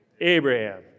Abraham